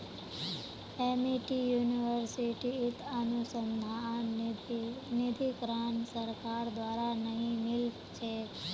Amity यूनिवर्सिटीत अनुसंधान निधीकरण सरकार द्वारा नइ मिल छेक